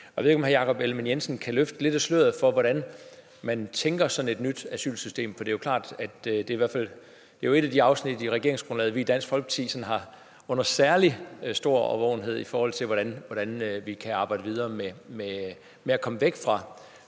Jeg ved ikke, om hr. Jakob Ellemann-Jensen kan løfte lidt af sløret for, hvordan man har tænkt sig sådan et nyt asylsystem. For det er jo i hvert fald klart, at det er et af de afsnit i regeringsgrundlaget, der sådan har Dansk Folkepartis særlig store bevågenhed, altså i forhold til hvordan vi kan arbejde videre med at komme væk fra